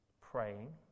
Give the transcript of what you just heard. praying